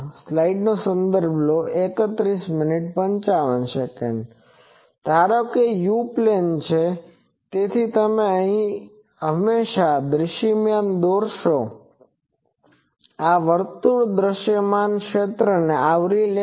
ધારો કે આ U પ્લેન છે તેથી તમે હંમેશાં દૃશ્યમાન દોરશો આ વર્તુળ દૃશ્યમાન ક્ષેત્રને આવરી લેશે